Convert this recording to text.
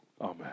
amen